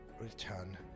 return